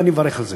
ואני מברך על זה.